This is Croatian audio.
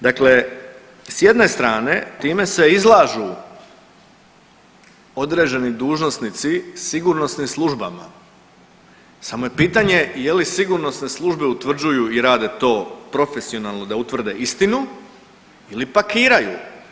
Dakle, s jedne strane time se izlažu određeni dužnosnici sigurnosnim službama, samo je pitanje je li sigurnosne službe utvrđuju i rade to profesionalno da utvrde istinu ili pakiraju.